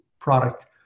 product